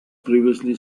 previously